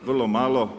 Vrlo malo.